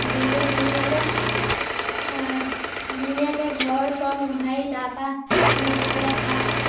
বিহুত ধুনীয়াকৈ ধুনীয়াকৈ ঘৰ চৰ মোহাৰি তাৰপৰা মৃতুকলৈ সাজ